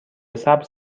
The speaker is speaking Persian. سبز